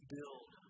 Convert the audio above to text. Build